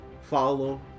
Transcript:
follow